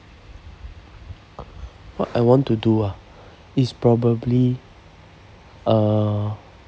what I want to do ah is probably uh